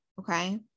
Okay